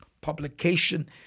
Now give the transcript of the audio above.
publication